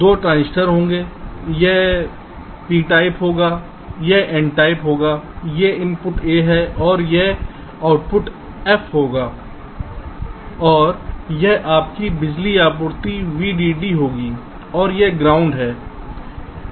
2 transistor होंगे यह P प्रकार होगा यह N प्रकार होगा ये इनपुट A हैं और यह आउटपुट f होगा और यह आपकी बिजली आपूर्ति VDD होगी और यह ग्राउंड है